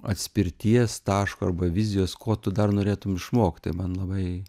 atspirties taško arba vizijos ko tu dar norėtum išmokti man labai